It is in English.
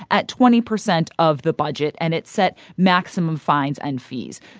at twenty percent of the budget, and it set maximum fines and fees.